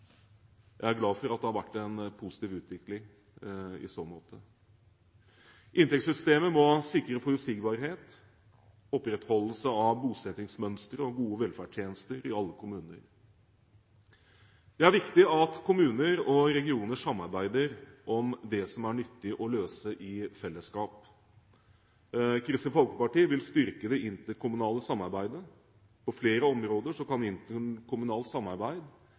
Jeg er glad for at det har vært en positiv utvikling i så måte. Inntektssystemet må sikre forutsigbarhet, opprettholdelse av bosettingsmønsteret og gode velferdstjenester i alle kommuner. Det er viktig at kommuner og regioner samarbeider om det som er nyttig å løse i fellesskap. Kristelig Folkeparti vil styrke det interkommunale samarbeidet. På flere områder kan interkommunalt samarbeid